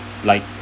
like